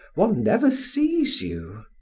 one never sees you!